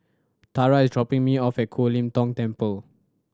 Tara is dropping me off at Ho Lim Kong Temple